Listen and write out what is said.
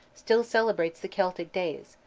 still celebrates the celtic days,